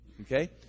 Okay